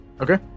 Okay